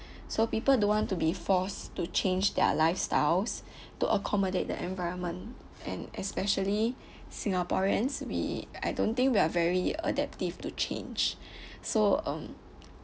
so people don't want to be forced to change their lifestyles to accommodate the environment and especially singaporeans we I don't think we are very adaptive to change so um